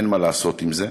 אין מה לעשות עם זה.